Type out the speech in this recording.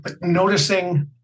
noticing